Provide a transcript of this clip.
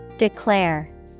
Declare